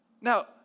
Now